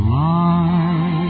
life